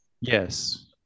Yes